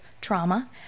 trauma